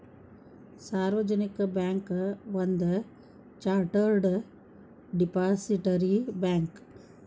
ಸಾರ್ವಜನಿಕ ಬ್ಯಾಂಕ್ ಒಂದ chartered depository bank